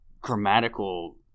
grammatical